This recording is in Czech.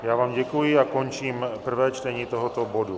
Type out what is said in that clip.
Já vám děkuji a končím prvé čtení tohoto bodu.